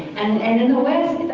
and in the west,